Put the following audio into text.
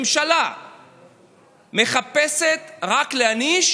הממשלה מחפשת רק להעניש,